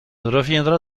reviendra